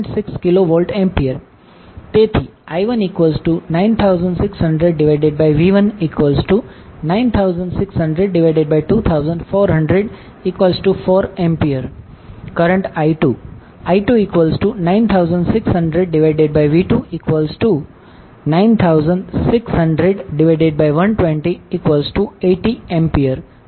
6kVA તેથી I19600V1960024004A current I2 I29600V2960012080A દ્વારા આપવામાં આવે છે